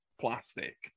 plastic